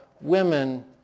women